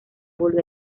volvió